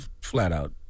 flat-out